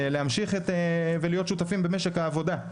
להמשיך ולהיות שותפים במשק העבודה,